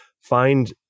find